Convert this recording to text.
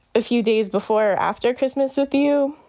a few days before or after christmas with you?